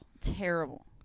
Terrible